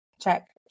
check